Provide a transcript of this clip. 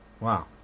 wow